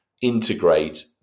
integrate